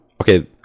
okay